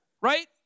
right